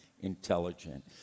intelligent